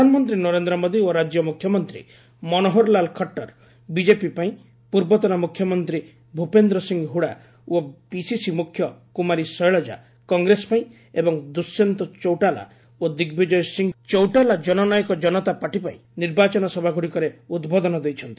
ପ୍ରଧାନମନ୍ତ୍ରୀ ନରେନ୍ଦ୍ର ମୋଦୀ ଓ ରାଜ୍ୟ ମୁଖ୍ୟମନ୍ତ୍ରୀ ମନୋହରଲାଲ ଖଟ୍ଟର ବିଜେପି ପାଇଁ ପୂର୍ବତନ ମୁଖ୍ୟମନ୍ତ୍ରୀ ଭୂପେନ୍ଦ୍ରସିଂ ହୁଡା ଓ ପିସିସି ମୁଖ୍ୟ କୁମାରୀ ଶୈଳଜା କଂଗ୍ରେସ ପାଇଁ ଏବଂ ଦୁଶ୍ୟନ୍ତ ଚୌଟାଲା ଓ ଦିଗ୍ବିଜୟ ସିଂ ଚୌଟାଲା କନନାୟକ ଜନତା ପାର୍ଟି ପାଇଁ ନିର୍ବାଚନ ସଭାଗୁଡ଼ିକରେ ଉଦ୍ବୋଧନ ଦେଇଛନ୍ତି